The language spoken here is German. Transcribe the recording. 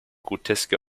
groteske